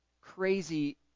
crazy